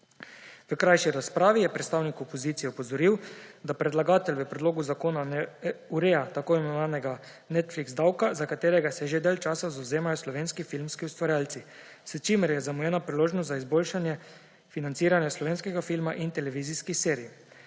V krajši razpravi je predstavnik opozicije opozoril, da predlagatelj v predlogu zakona ne ureja tako imenovanega Netflix davka, za katerega se je že dlje časa zavzemajo slovenski filmski ustvarjalci, s čimer je zamujena priložnost za izboljšanje financiranja slovenskega filma in televizijskih serij.